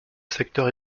secteur